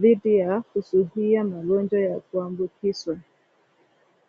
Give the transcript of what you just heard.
dhidi ya kuzuia magonjwa ya kuambukizwa.